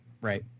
Right